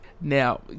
Now